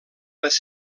les